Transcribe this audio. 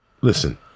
Listen